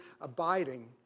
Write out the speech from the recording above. abiding